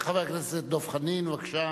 חבר הכנסת דב חנין, בבקשה.